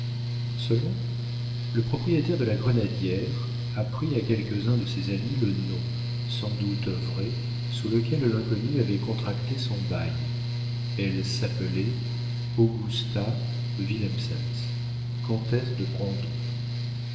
seulement le propriétaire de la grenadière apprit à quelques-uns de ses amis le nom sans doute vrai sous lequel l'inconnue avait contracté son bail elle s'appelait augusta willemsens comtesse de brandon